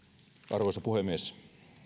arvoisa puhemies